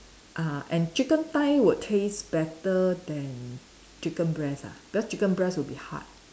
uh and chicken thigh would taste better than chicken breast ah because chicken breast will be hard